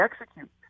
execute